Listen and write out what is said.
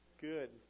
Good